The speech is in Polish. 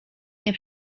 nie